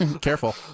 Careful